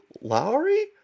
Lowry